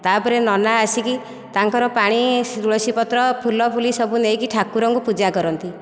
ତା'ପରେ ନନା ଆସିକି ତାଙ୍କର ପାଣି ତୁଳସୀପତ୍ର ଫୁଲ ଫୁଲି ସବୁ ନେଇକି ଠାକୁରଙ୍କୁ ପୂଜା କରନ୍ତି